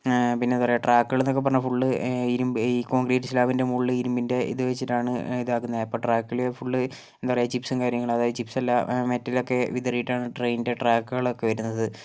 പിന്നെ എന്താ പറയുക ട്രാക്കുകളെന്നൊക്കെ പറഞ്ഞാൽ ഫുള്ള് ഇരുമ്പ് ഈ കോൺക്രീറ്റ് സ്ലാബിൻ്റെ മുകളിൽ ഇരുമ്പിൻ്റെ ഇത് വച്ചിട്ടാണ് ഇതാക്കുന്നത് അപ്പോൾ ട്രാക്കിൽ ഫുള്ള് എന്താ പറയുക ചിപ്സും കാര്യങ്ങളും അതായത് ചിപ്സല്ല മെറ്റലൊക്കെ വിതറിയിട്ടാണ് ട്രെയിനിൻ്റെ ട്രാക്കുകളൊക്കെ വരുന്നത്